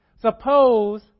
Suppose